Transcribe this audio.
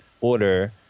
order